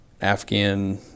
Afghan